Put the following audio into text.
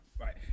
right